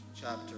chapter